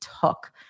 took